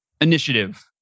initiative